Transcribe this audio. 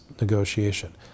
negotiation